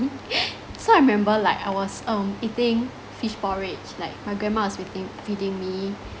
so I remember like I was um eating fish porridge like my grandma was feeding feeding me